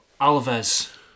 Alves